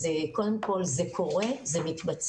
אז קודם כל, זה קורה, זה מתבצע.